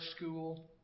school